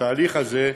התהליך הזה,